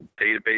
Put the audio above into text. database